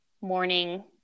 morning